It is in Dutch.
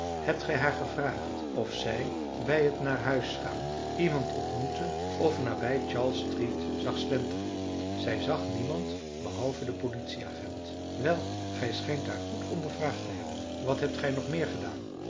gij haar gevraagd of zij bij het naar huis gaan iemand ontmoette of nabij charles street zag slenteren zij zag niemand behalve den politieagent wel gij schijnt haar goed ondervraagd te hebben wat hebt gij nog meer gedaan